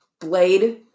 Blade